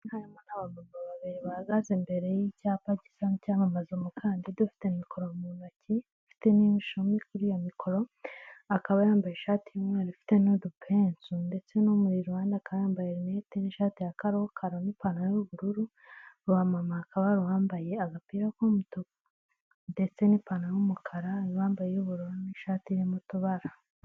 Harimo n'abagabo babiri bahagaze imbere y'icyapa gisa nk'icyamamaza umukandida ufite mikoro mu ntoki, ifite n'imishumi kuri iyo mikoro, akaba yambaye ishati y'umweru ifite n'udupensu, ndetse n'umuriro ubona ko yambaye rinete n'ishati ya karokaro n'ipantaro y'ubururu, mu bamama hakaba hari uwambaye agapira k'umutuku ndetse n'ipantaro y'umukara, hari n'uwambaye iy'ubururu n'ishati irimo utubara.